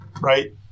right